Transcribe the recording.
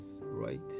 right